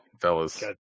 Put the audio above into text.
fellas